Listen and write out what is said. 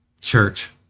church